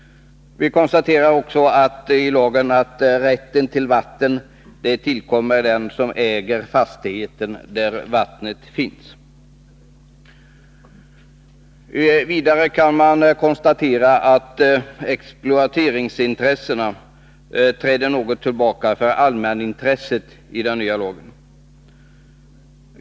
Enligt lagen tillkommer rätten till vatten den som äger den fastighet där vattnet finns. Vidare kan man konstatera att exploateringsintressena träder något tillbaka för allmänintresset i den nya lagen.